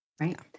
Right